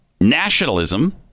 nationalism